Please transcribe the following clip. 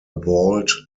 vault